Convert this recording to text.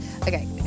Okay